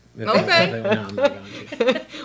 Okay